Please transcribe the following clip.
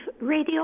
radio